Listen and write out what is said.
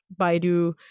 Baidu